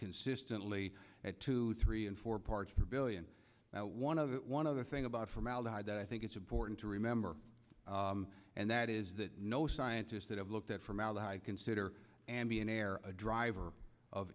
consistently at two three and four parts per billion one of one other thing about formaldehyde that i think it's important to remember and that is that no scientists that have looked at formaldehyde consider ambient air a driver of